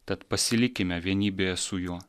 tad pasilikime vienybėje su juo